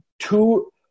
two